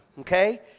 okay